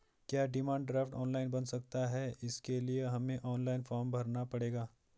क्या demand draft online बन सकता है इसके लिए हमें ऑनलाइन फॉर्म भरना पड़ेगा?